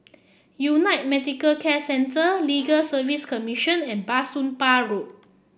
United Medicare Centre Legal Service Commission and Bah Soon Pah Road